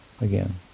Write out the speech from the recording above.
again